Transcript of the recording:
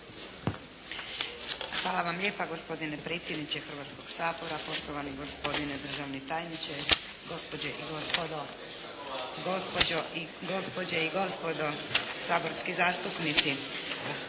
Hvala vam lijepa. Gospodine predsjedniče Hrvatskoga sabora, poštovani gospodine državni tajniče, gospođe i gospodo saborski zastupnici.